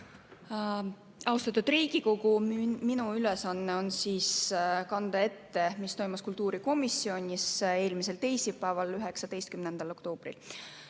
Austatud Riigikogu! Minu ülesanne on kanda ette, mis toimus kultuurikomisjonis eelmisel teisipäeval, 19. oktoobril.